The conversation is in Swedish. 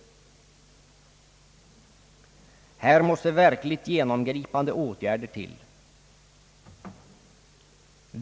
Här måste verkligt genomgripande åtgärder till.